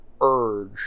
urge